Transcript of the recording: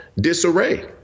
disarray